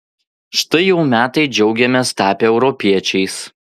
štai jau metai džiaugiamės tapę europiečiais